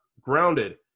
Grounded